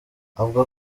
avuga